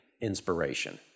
inspiration